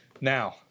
Now